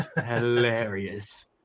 hilarious